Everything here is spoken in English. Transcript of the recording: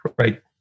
right